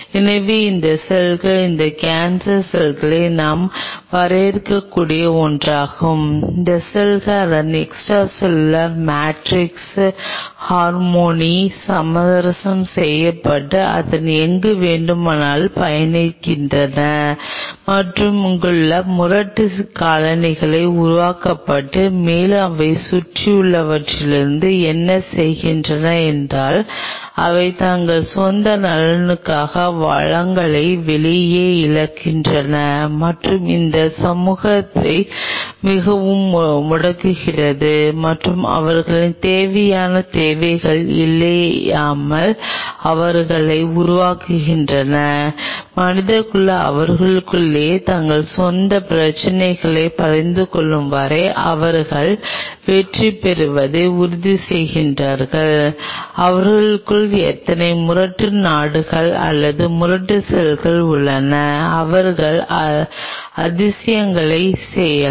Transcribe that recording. எனவே அந்த செல்கள் இது கேன்சர் செல்களை நாம் வரையறுக்கக்கூடிய ஒன்றாகும் அந்த செல்கள் அதன் எக்ஸ்ட்ரா செல்லுலார் மேட்ரிக்ஸ் ஹார்மோனி சமரசம் செய்யப்பட்டு அவை எங்கு வேண்டுமானாலும் பயணிக்கின்றன மற்றும் அங்குள்ள முரட்டு காலனிகளை உருவாக்குகின்றன மேலும் அவை சுற்றியுள்ளவற்றிலிருந்து என்ன செய்கின்றன என்றால் அவை தங்கள் சொந்த நலனுக்காக வளங்களை வெளியே இழுக்கின்றன மற்றும் அந்த சமூகத்தை மிகவும் முடக்குகிறது மற்றும் அவர்களின் தேவையான தேவைகள் இல்லாமல் அவர்களை உருவாக்கி மனிதகுலம் அவர்களுக்குள்ளேயே தங்கள் சொந்தப் பிரச்சினையைப் புரிந்துகொள்ளும் வரை அவர்கள் வெற்றி பெறுவதை உறுதிசெய்கிறார்கள் அவர்களுக்குள் அத்தகைய முரட்டு நாடுகள் அல்லது முரட்டு செல்கள் உள்ளன அவர்கள் அதிசயங்களைச் செய்யலாம்